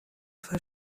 نفر